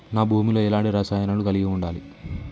నా భూమి లో ఎలాంటి రసాయనాలను కలిగి ఉండాలి?